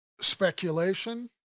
speculation